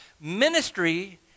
Ministry